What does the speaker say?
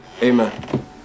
Amen